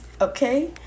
Okay